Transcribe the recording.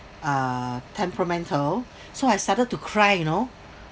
uh temperamental so I started to cry you know